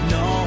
no